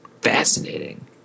fascinating